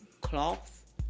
cloth